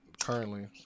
currently